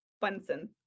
Bunsen